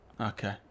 okay